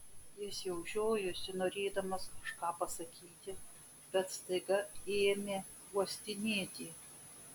jis jau žiojosi norėdamas kažką pasakyti bet staiga ėmė uostinėti